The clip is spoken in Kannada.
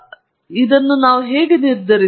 ಆದ್ದರಿಂದ ನಾವು ಇದನ್ನು ಹೇಗೆ ನಿರ್ಧರಿಸುವೆವು